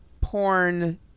porn